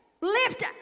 lift